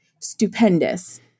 stupendous